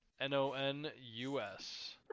N-O-N-U-S